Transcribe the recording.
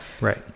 Right